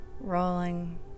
rolling